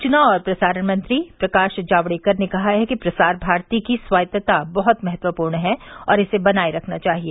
सूचना और प्रसारण मंत्री प्रकाश जावड़ेकर ने कहा है कि प्रसार भारती की स्वायत्तता बहुत महत्वपूर्ण है और इसे बनाये रखना चाहिए